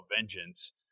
vengeance